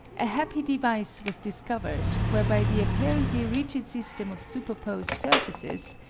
a happy device was discovered whereby the apparently rigid system of superposed surfaces,